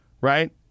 right